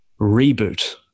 Reboot